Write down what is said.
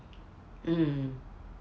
mm